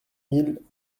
mille